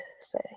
say